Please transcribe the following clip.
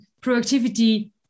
productivity